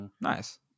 Nice